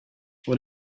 what